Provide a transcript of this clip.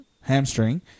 hamstring